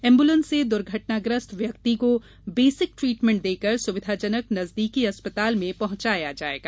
ambulance से दुर्घटनाग्रस्त व्यक्ति को बेसिक ट्रीटमेंट देकर सुविधाजनक नजदीकी अस्पताल में पहुँचाया जायेगा